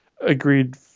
agreed